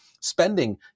spending